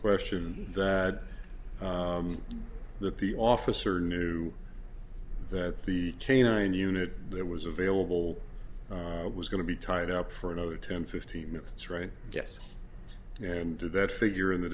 question that that the officer knew that the canine unit there was available was going to be tied up for another ten fifteen minutes right yes and to that figure in the